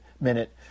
minute